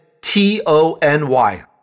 t-o-n-y